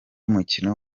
mukino